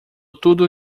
tudo